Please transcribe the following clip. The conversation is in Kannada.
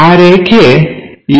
ಆ ರೇಖೆ ಇದೇ ಆಗಿದೆ